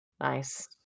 Nice